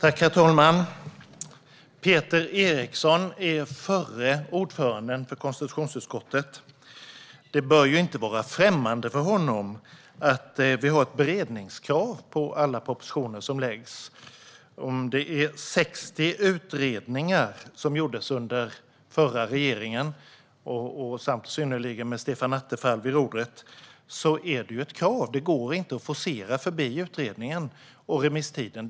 Herr talman! Peter Eriksson är den förre ordföranden för konstitutionsutskottet. Det bör inte vara främmande för honom att vi har ett beredningskrav på alla propositioner som läggs fram. Om 60 utredningar gjordes under förra regeringen, i synnerhet med Stefan Attefall vid rodret, var det för att det är ett krav att utredningar måste göras. Det går inte att forcera förbi utredningen och remisstiden.